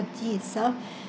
F_D itself